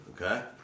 Okay